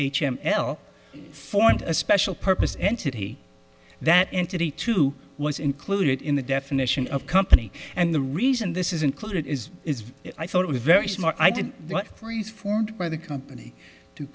h m l for a special purpose entity that entity too was included in the definition of company and the reason this is included is i thought it was very smart i did freeze formed by the company to